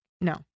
no